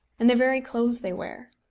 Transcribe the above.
and the very clothes they wear.